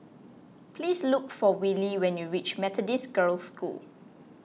please look for Willie when you reach Methodist Girls' School